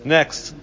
Next